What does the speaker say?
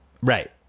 Right